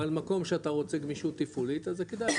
אבל מקום שאתה רוצה גמישות תפעולית אז זה כדאי,